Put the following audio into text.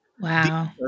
Wow